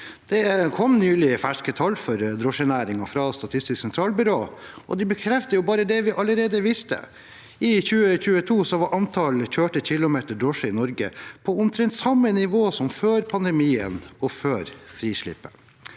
Det kom nylig ferske tall for drosjenæringen fra Statistisk sentralbyrå, og de bekrefter bare det vi allerede visste. I 2022 var antall kjørte kilometer drosje i Norge på omtrent samme nivå som før pandemien og før frislippet.